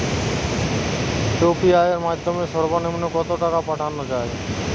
UPI এর মাধ্যমে সর্ব নিম্ন কত টাকা পাঠানো য়ায়?